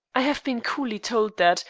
i have been coolly told that,